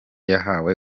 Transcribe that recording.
yahawe